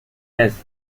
has